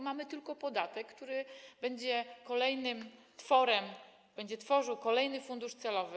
Mamy tylko podatek, który będzie kolejnym tworem, będzie tworzył kolejny fundusz celowy.